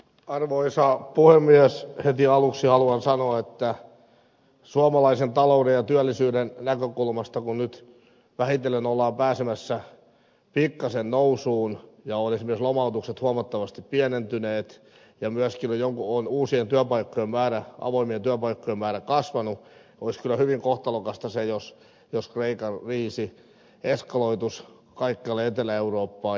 heti aluksi haluan sanoa että suomalaisen talouden ja työllisyyden näkökulmasta kun nyt vähitellen ollaan pääsemässä pikkaisen nousuun ja ovat esimerkiksi lomautukset huomattavasti vähentyneet ja myöskin uusien avoimien työpaikkojen määrä on kasvanut olisi kyllä hyvin kohtalokasta se jos kreikan kriisi eskaloituisi kaikkialle etelä eurooppaan